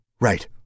Right